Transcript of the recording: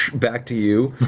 back to you,